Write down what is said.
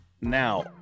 Now